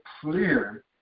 clear